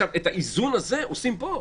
את האיזון הזה עושים פה,